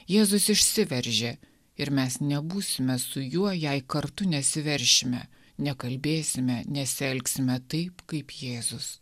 jėzus išsiveržė ir mes nebūsime su juo jei kartu nesiveršime nekalbėsime nesielgsime taip kaip jėzus